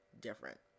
different